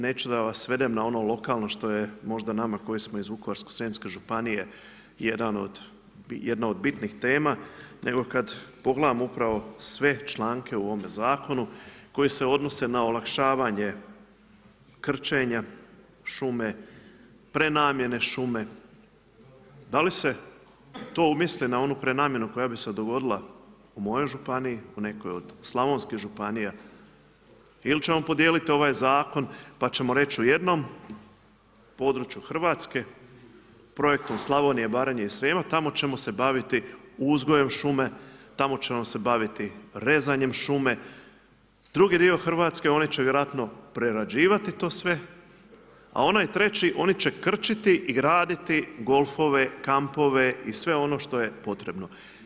Neću da vas svedem na ono lokalno što je, možda nama koji smo iz vukovarsko-srijemske županije jedna od bitnih tema, nego kad pogledamo upravo sve članke u ovome zakonu koji se odnose na olakšavanje krčenja šume, prenamjene šume, da li se to misli na onu prenamjenu koja bi se dogodila u mojoj županiji, u nekoj od slavonskih županija ili ćemo podijelit ovaj zakon pa ćemo reći u jednom području Hrvatske projektom Slavonije, Baranje i Srijema, tamo ćemo se baviti uzgojem šume, tamo ćemo se baviti rezanjem šume, drugi dio Hrvatske oni će vjerojatno prerađivati to sve, a onaj treći, oni će krčiti i graditi golfove, kampove i sve ono što je potrebno.